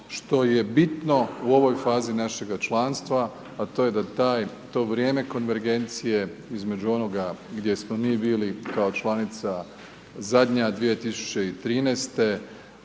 što je bitno u ovoj fazi našega članstva, a to je da taj, to vrijeme konvergencije između onoga gdje smo mi bili kao članica zadnja 2013.